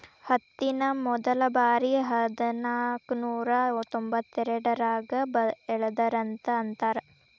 ಹತ್ತಿನ ಮೊದಲಬಾರಿ ಹದನಾಕನೂರಾ ತೊಂಬತ್ತೆರಡರಾಗ ಬೆಳದರಂತ ಅಂತಾರ